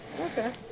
Okay